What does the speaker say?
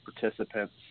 participants